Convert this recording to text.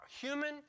human